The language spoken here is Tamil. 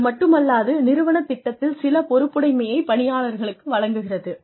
அதுமட்டுமல்லாது நிறுவனத் திட்டத்தில் சில பொறுப்புடைமையை பணியாளருக்கு வழங்குகிறது